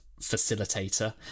facilitator